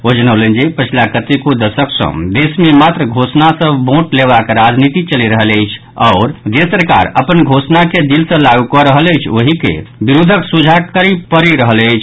ओ जनौलनि जे पछिला कतेको दशक सँ देश मे मात्र घोषणा सँ भोट लेबाक राजनीति चलि रहल अछि आओर जे सरकार अपन घोषणा के दिल सँ लागू कऽ रहल अछि ओहि के विरोधक सोझा करय पड़ि रहल अछि